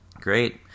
Great